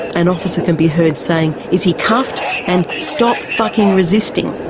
an officer can be heard saying, is he cuffed? and, stop fucking resisting.